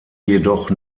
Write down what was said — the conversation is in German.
jedoch